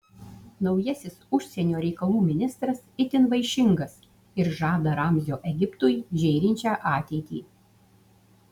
naujasis užsienio reikalų ministras itin vaišingas ir žada ramzio egiptui žėrinčią ateitį